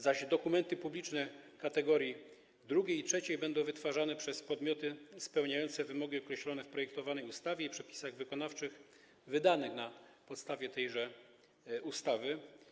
Zaś dokumenty publiczne kategorii drugiej i trzeciej będą wytwarzane przez podmioty spełniające wymogi określone w projektowanej ustawie i przepisach wykonawczych wydanych na podstawie tejże ustawy.